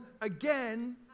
again